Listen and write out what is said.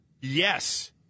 Yes